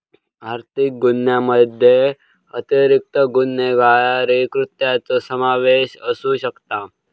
आर्थिक गुन्ह्यामध्ये अतिरिक्त गुन्हेगारी कृत्यांचो समावेश असू शकता